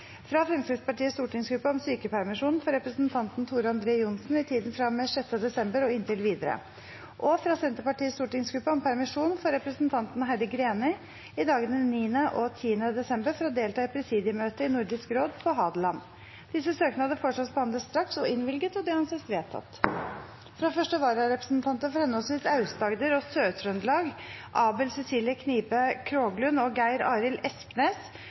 fra Fremskrittspartiets stortingsgruppe om sykepermisjon for representanten Tor André Johnsen i tiden fra og med 6. desember og inntil videre fra Senterpartiets stortingsgruppe om permisjon for representanten Heidi Greni i dagene 9. og 10. desember for å delta i presidiemøte i Nordisk råd på Hadeland Disse søknadene behandles straks og innvilges. Fra første vararepresentanter for henholdsvis Aust-Agder og Sør-Trøndelag, Abel Cecilie Knibe Kroglund og Geir Arild